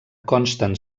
consten